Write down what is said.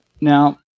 Now